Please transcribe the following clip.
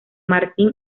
martín